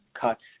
cuts